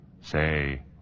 Say